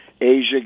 Asia